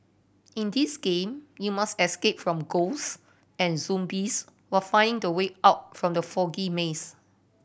in this game you must escape from ghosts and zombies while finding the way out from the foggy maze